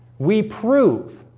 we prove